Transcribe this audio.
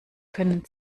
können